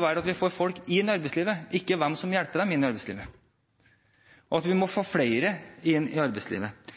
være at vi får folk inn i arbeidslivet – ikke hvem som hjelper dem inn i arbeidslivet – og at vi får flere inn i arbeidslivet.